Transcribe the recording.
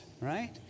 right